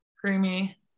Creamy